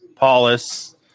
Paulus